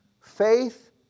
Faith